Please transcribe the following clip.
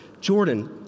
Jordan